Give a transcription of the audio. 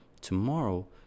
tomorrow